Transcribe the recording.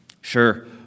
sure